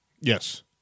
Yes